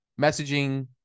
messaging